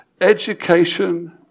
education